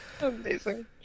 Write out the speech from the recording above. Amazing